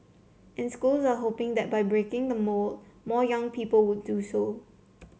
and schools are hoping that by breaking the mould more young people will do so